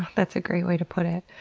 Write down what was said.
that's a great way to put it.